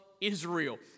Israel